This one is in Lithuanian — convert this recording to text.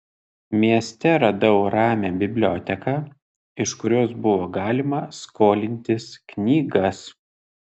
mieste radau ramią biblioteką iš kurios buvo galima skolintis knygas